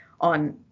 on